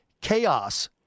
chaos